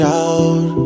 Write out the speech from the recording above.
out